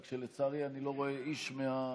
רק שלצערי אני לא רואה כאן איש מהמציעים.